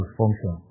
function